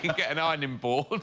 get an ironing board